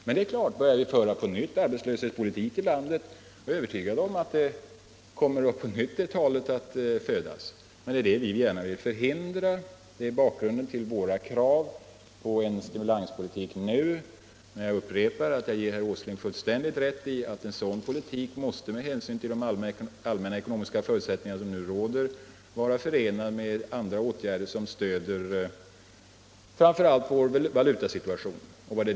Men börjar vi på nytt att föra en arbetslöshetspolitik i landet är jag övertygad om att det talet föds igen. Men det vill vi gärna förhindra, och det är bakgrunden till våra krav på en stimulanspolitik nu. Jag upprepar att jag ger herr Åsling fullständigt rätt i att en sådan politik måste, med hänsyn till de allmänna ekonomiska förutsättningar som nu råder, vara förenad med andra åtgärder som stöder framför allt vår valutasituation.